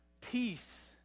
peace